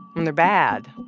when they're bad,